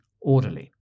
orderly